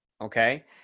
Okay